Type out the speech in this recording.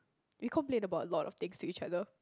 we complain about a lot of things to each other